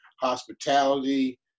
hospitality